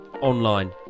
online